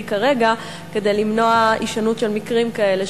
כרגע כדי למנוע הישנות של מקרים כאלה,